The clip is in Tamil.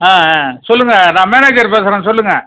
ஆ ஆ சொல்லுங்கள் நான் மேனேஜர் பேசுகிறேன் சொல்லுங்கள்